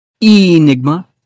Enigma